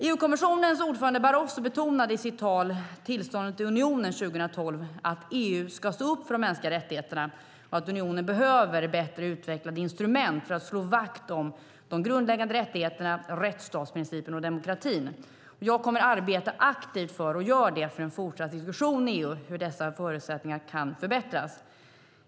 EU-kommissionens ordförande Barroso betonade i sitt tal Tillståndet i unionen 2012 att EU ska stå upp för mänskliga rättigheter och att unionen behöver bättre utvecklade instrument för att slå vakt om de grundläggande rättigheterna, rättsstatsprincipen och demokratin. Jag kommer att arbeta aktivt för en fortsatt diskussion i EU om hur dessa förutsättningar kan förbättras.